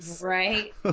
Right